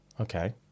Okay